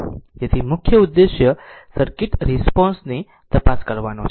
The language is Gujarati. તેથી મુખ્ય ઉદ્દેશ સર્કિટ રિસ્પોન્સ ની તપાસ કરવાનો છે